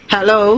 Hello